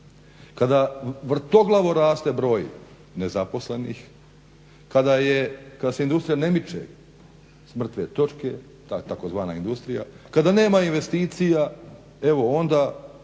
kada vrtoglavo raste broj nezaposlenih, kada se industrija ne miče s mrtve točke, ta tzv. industrija, kada nema investicija, evo onda